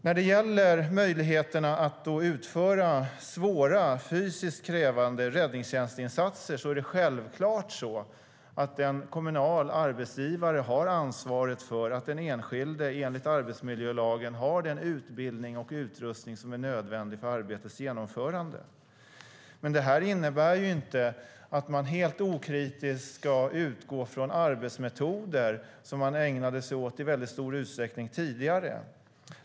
När det gäller möjligheterna att utföra svåra och fysiskt krävande räddningstjänstinsatser har självklart en kommunal arbetsgivare ansvaret för att den enskilde enligt arbetsmiljölagen har den utbildning och utrustning som är nödvändig för arbetets genomförande. Men det här innebär inte att man helt okritiskt ska utgå från arbetsmetoder som man i stor utsträckning ägnade sig åt tidigare.